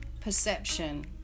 perception